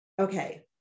Okay